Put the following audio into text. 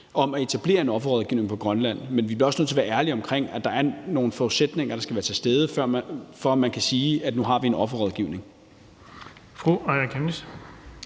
om at etablere en offerrådgivning i Grønland, men vi bliver også nødt til at være ærlige, med hensyn til at der er nogle forudsætninger, der skal være til stede, for at man kan sige, at nu har man en offerrådgivning.